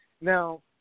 Now